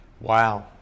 Wow